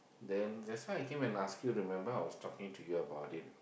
then that's why I came to ask you remember I was talking to you about it